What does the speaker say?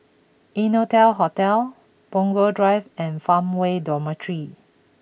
Innotel Hotel Punggol Drive and Farmway Dormitory